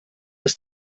des